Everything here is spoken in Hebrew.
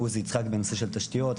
עוזי יצחק בנושא של תשתיות.